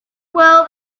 well